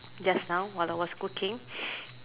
just now while I was cooking